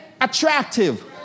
attractive